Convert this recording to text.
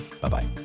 Bye-bye